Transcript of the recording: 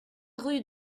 rue